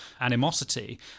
animosity